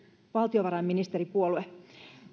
valtiovarainministeripuolue